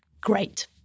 great